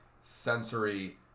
sensory